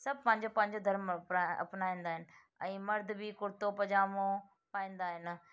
सभु पंहिंजो पंहिंजो धर्म अप अपनाईंदा आहिनि ऐं मर्द बि कुर्तो पजामो पाईंदा आहिनि